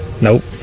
Nope